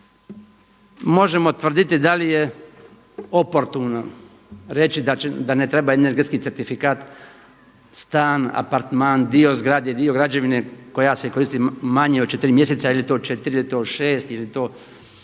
Možemo tvrditi da li je oportuno reći da ne treba energetski certifikat stan, apartman, dio zgrade, dio građevine koja se koristi manje od 4 mjeseca ili je to od 4 ili je